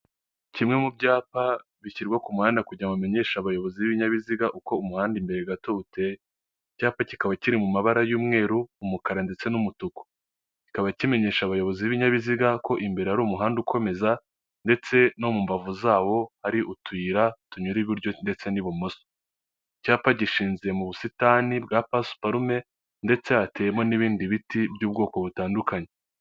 Kimwe mu byapa bishyirwa ku muhanda kugirango kimenyeshe abayobozi b'ibinyabiziga ,uko umuhanda imbere gato uteye, icyapa kikaba kiri mu mabara y'umweru ,umukara ndetse n'umutuku kikaba kimenyesha abayobozi b'ibinyabiziga ko imbere ari umuhanda ukomeza ndetse no mu mbavu zawo hari utuyira tunyura iburyo ndetse n'ibumoso, icyapa gishinze mu busitani bwa pasiparume ndetse hateyemo n'ibindi biti by'ubwoko butandukanye.